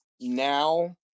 now